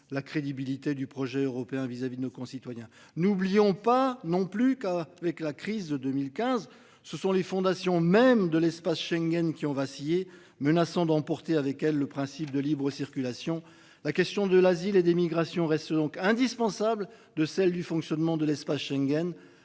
la crédibilité du projet européen vis-à-vis de nos concitoyens. N'oublions pas non plus qu'avec la crise de 2015, ce sont les fondations mêmes de l'espace Schengen qui ont vacillé menaçant d'emporter avec elle. Le principe de libre circulation. La question de l'asile et d'immigration reste donc indispensable de celle du fonctionnement de l'espace Schengen,